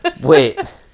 Wait